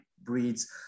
breeds